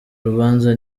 rubanza